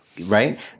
right